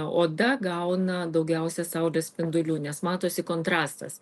oda gauna daugiausia saulės spindulių nes matosi kontrastas